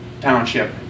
Township